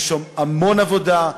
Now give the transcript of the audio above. יש המון עבודה,